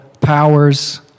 powers